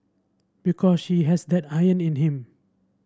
because he has that iron in him